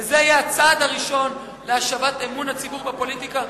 וזה יהיה הצעד הראשון להשבת אמון הציבור בפוליטיקה.